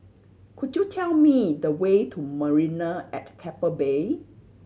could you tell me the way to Marina at Keppel Bay